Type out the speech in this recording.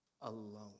alone